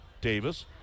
Davis